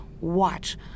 watch